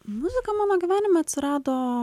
muzika mano gyvenime atsirado